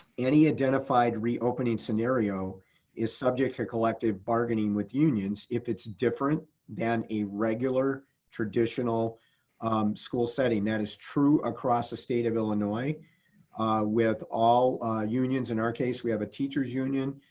any identified reopening scenario is subject to collective bargaining with unions, if it's different than a regular traditional school setting that is true across the state of illinois with all unions. in our case, we have a teacher's union.